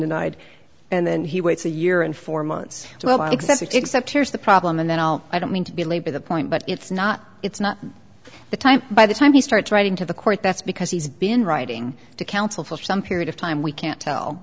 denied and then he waits a year and four months to access it except here's the problem and then i'll i don't mean to belabor the point but it's not it's not the time by the time he starts writing to the court that's because he's been writing to counsel for some period of time we can't tell